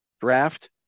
draft